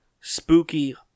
spooky